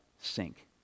sink